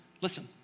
listen